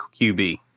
QB